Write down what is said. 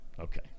Okay